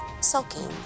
sulking